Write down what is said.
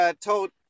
told